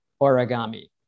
origami